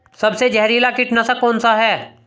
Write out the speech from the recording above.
सबसे जहरीला कीटनाशक कौन सा है?